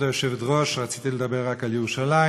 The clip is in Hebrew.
כבוד היושבת-ראש, רציתי לדבר רק על ירושלים,